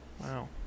Wow